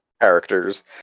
characters